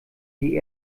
die